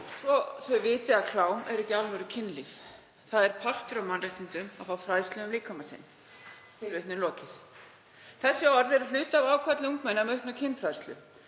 Svo þau viti að klám er ekki alvörukynlíf. Það er partur af mannréttindum að fá fræðslu um líkama sinn.“ Þessi orð eru hluti af ákalli ungmenna um aukna kynfræðslu.